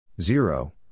Zero